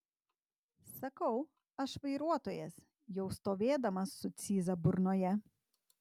sakau aš vairuotojas jau stovėdamas su cyza burnoje